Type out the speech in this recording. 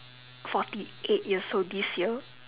forty eight years old this year